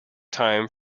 time